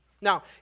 Now